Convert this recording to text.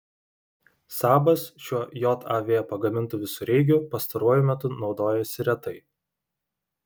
sabas šiuo jav pagamintu visureigiu pastaruoju metu naudojosi retai